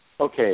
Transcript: okay